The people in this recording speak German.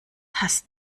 hast